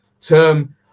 term